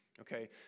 okay